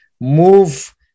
move